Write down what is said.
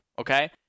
okay